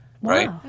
right